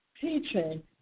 teaching